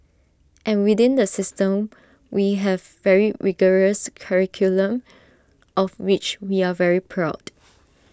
and within the system we have very rigorous curriculum of which we are very proud